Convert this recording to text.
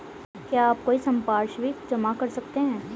क्या आप कोई संपार्श्विक जमा कर सकते हैं?